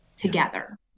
together